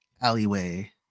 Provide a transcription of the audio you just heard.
alleyway